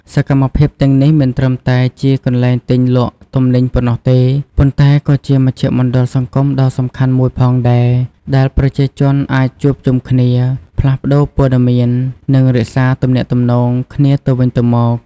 សកម្មភាពទាំងនេះមិនត្រឹមតែជាកន្លែងទិញលក់ទំនិញប៉ុណ្ណោះទេ ប៉ុន្តែក៏ជាមជ្ឈមណ្ឌលសង្គមដ៏សំខាន់មួយផងដែរ ដែលប្រជាជនអាចជួបជុំគ្នា ផ្លាស់ប្ដូរព័ត៌មាន និងរក្សាទំនាក់ទំនងគ្នាទៅវិញទៅមក។